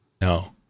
no